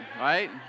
right